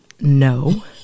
No